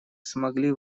смогли